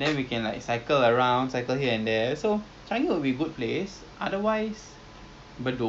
rambut bagus sama rambut I sekarang macam berang kan so bagus ah bagus moisturising